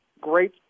great